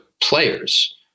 players